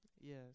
Yes